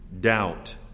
doubt